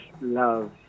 love